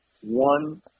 one